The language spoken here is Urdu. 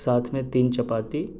ساتھ میں تین چپاتی